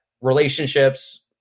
relationships